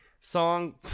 song